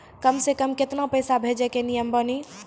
कम से कम केतना पैसा भेजै के नियम बानी?